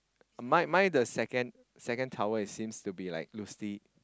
my my the second second towel it seems to be like loosely